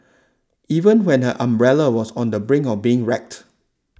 even when her umbrella was on the brink of being wrecked